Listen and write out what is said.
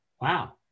wow